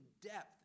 depth